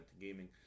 Gaming